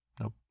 Nope